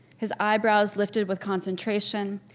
his eyebrows lifted with concentration,